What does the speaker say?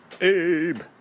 Abe